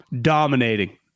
Dominating